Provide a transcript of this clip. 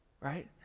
right